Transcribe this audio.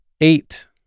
Eight